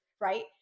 right